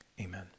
Amen